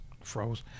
froze